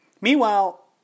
Meanwhile